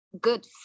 good